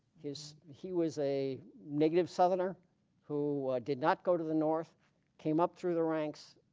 his he was a negative southerner who did not go to the north came up through the ranks,